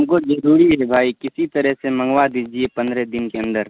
ہم کو ضروری ہے بھائی کسی طرح سے منگوا دیجیے پندرہ دن کے اندر